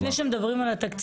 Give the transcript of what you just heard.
אבל לפני שמדברים על התקציב,